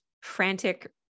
frantic